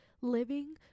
living